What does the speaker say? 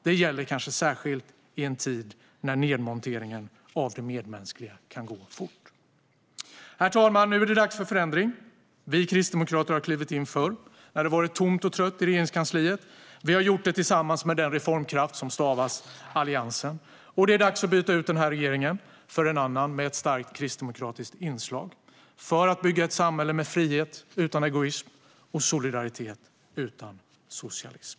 Det gäller kanske särskilt i en tid då nedmonteringen av det medmänskliga kan gå fort. Herr talman! Det är dags för förändring. Vi kristdemokrater har klivit in förr när det har varit tomt och trött i Regeringskansliet, och vi har gjort det tillsammans med den reformkraft som stavas Alliansen. Det är dags att byta ut denna regering till en annan - med ett starkt kristdemokratiskt inslag - för att bygga ett samhälle med frihet utan egoism och med solidaritet utan socialism.